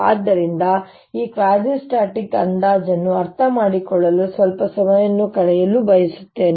ಆದ್ದರಿಂದ ನಾನು ಈ ಕ್ವಾಸಿಸ್ಟಾಟಿಕ್ ಅಂದಾಜನ್ನು ಅರ್ಥಮಾಡಿಕೊಳ್ಳಲು ಸ್ವಲ್ಪ ಸಮಯವನ್ನು ಕಳೆಯಲು ಬಯಸುತ್ತೇನೆ